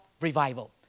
revival